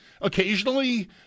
occasionally